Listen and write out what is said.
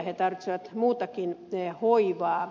he tarvitsevat muutakin hoivaa